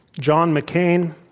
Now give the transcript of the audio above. john mccain,